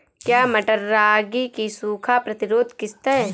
क्या मटर रागी की सूखा प्रतिरोध किश्त है?